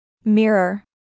Mirror